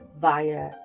via